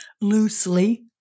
loosely